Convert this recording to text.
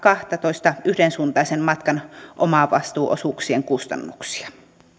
kahdentoista yhdensuuntaisen matkan omavastuuosuuksien kustannuksia